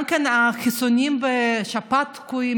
גם החיסונים לשפעת תקועים,